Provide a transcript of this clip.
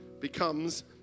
becomes